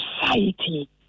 society